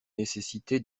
nécessité